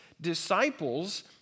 disciples